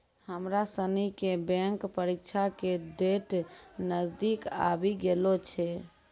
हमरा सनी के बैंक परीक्षा के डेट नजदीक आवी गेलो छै